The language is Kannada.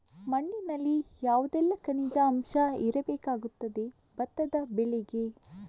ಮಣ್ಣಿನಲ್ಲಿ ಯಾವುದೆಲ್ಲ ಖನಿಜ ಅಂಶ ಇರಬೇಕಾಗುತ್ತದೆ ಭತ್ತದ ಬೆಳೆಗೆ?